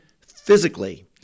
physically